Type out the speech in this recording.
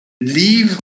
leave